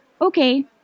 Okay